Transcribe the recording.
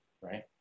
right